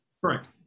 Correct